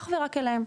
אך ורק אליהם.